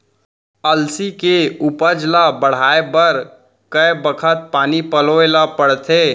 अलसी के उपज ला बढ़ए बर कय बखत पानी पलोय ल पड़थे?